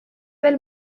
del